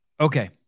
Okay